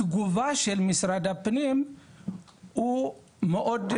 התגובה של משרד הפנים היא מאוד,